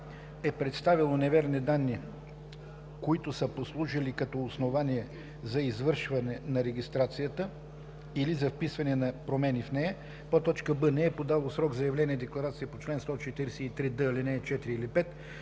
е представило неверни данни, които са послужили като основание за извършване на регистрацията или за вписване на промени в нея; б) не е подало в срок заявление-декларация по чл. 143д, ал. 4 или 5;